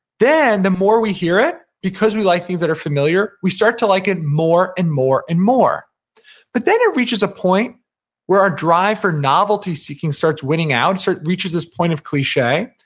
then the more we hear it, because we like things that are familiar, we start to like it more, and more, and more but then it reaches a point where our drive for novelty-seeking starts winning out, it reaches this point of cliche.